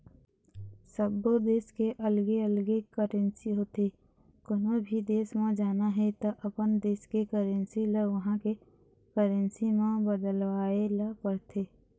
सब्बो देस के अलगे अलगे करेंसी होथे, कोनो भी देस म जाना हे त अपन देस के करेंसी ल उहां के करेंसी म बदलवाए ल परथे